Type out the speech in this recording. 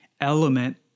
element